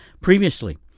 previously